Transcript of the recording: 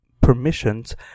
permissions